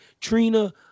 Trina